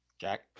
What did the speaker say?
Jack